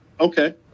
Okay